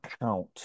count